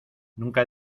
nunca